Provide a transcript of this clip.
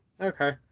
okay